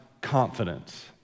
confidence